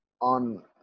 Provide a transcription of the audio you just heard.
on